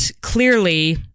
clearly